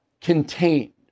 contained